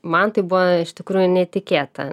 man tai buvo iš tikrųjų netikėta